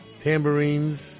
tambourines